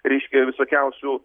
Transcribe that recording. reiškia visokiausių